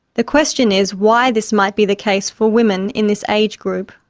the question is why this might be the case for women in this age group.